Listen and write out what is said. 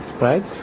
Right